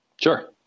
Sure